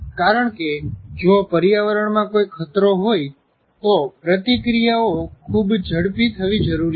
કારણ કે જો પર્યાવરણમાં કોઈ ખતરો હોય તો પ્રતિક્રિયાઓ ખૂબ ઝડપી થવી જરૂરી છે